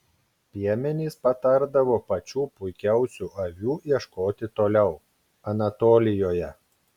piemenys patardavo pačių puikiausių avių ieškoti toliau anatolijoje